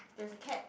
there's a cat